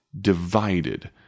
Divided